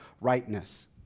rightness